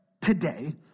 today